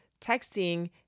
texting